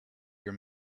your